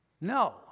No